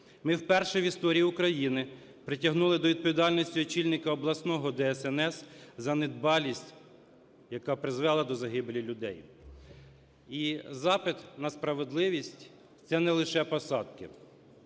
Ми вперше в історії України притягнули до відповідальності очільника обласного ДСНС за недбалість, яка призвела до загибелі людей. І запит на справедливість – це не лише посадки.